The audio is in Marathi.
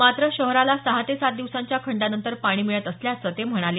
मात्र शहराला सहा ते सात दिवसांच्या खंडानंतर पाणी मिळत असल्याचं ते म्हणाले